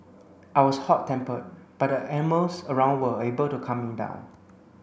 I was hot tempered but the animals around were able to calm me down